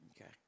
Okay